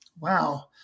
Wow